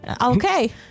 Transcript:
Okay